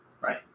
Right